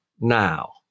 now